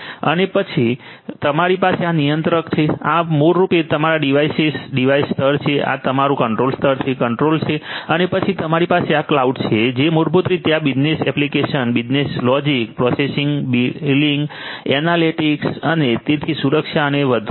અને પછી તમારી પાસે આ નિયંત્રક છે આ મૂળ રૂપે તમારા ડિવાઇસેસ ડિવાઇસ સ્તર છે આ તમારું કંટ્રોલ સ્તર છે કંટ્રોલર છે અને પછી તમારી પાસે આ ક્લાઉડ છે જે મૂળભૂત રીતે આ business applications business logic pricing billing analytics અને તેથી સુરક્ષા અને એ બધુ છે